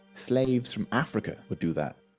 slaves from africa would do that.